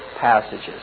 passages